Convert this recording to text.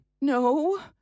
no